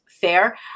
fair